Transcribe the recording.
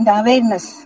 awareness